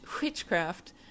witchcraft